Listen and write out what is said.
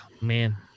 Man